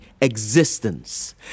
existence